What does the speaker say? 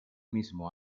mismo